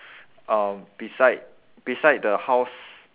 um beside beside the house